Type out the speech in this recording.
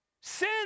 Sin